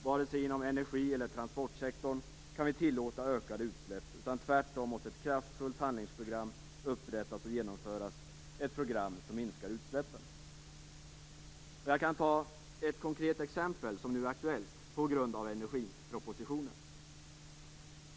Vare sig inom energi eller transportsektorn kan vi tillåta ökade utsläpp. Tvärtom måste ett kraftfullt handlingsprogram upprättas och genomföras för att minska utsläppen. Jag kan ta ett konkret exempel som nu är aktuellt på grund av energipropositionen.